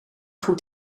goed